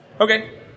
Okay